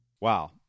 wow